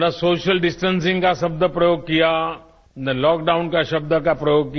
न social distancing का शब्द प्रयोग किया न लॉकडाउन के शब्द का प्रयोग किया